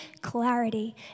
clarity